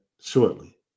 shortly